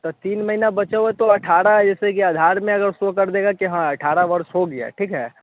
तो सर तीन महीना बचा हुआ तो अठारह जैसे कि आधार में अगर शो कर देगा कि हाँ अठारह वर्ष हो गया है ठीक है